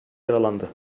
yaralandı